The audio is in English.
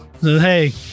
Hey